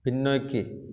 பின்னோக்கி